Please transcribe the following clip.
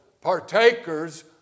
partakers